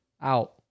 out